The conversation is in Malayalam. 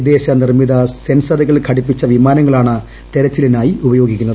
വിദേശ നിർമ്മിത സെൻസെറുകൾ ഘടിപ്പിച്ച വിമാനങ്ങളാണ് തിരച്ചിലിനായി ഉപയോഗിക്കുന്നത്